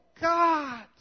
God